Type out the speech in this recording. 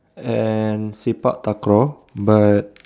and sepak-takraw but